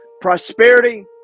Prosperity